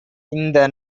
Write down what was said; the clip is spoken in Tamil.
இந்த